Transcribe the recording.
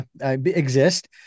exist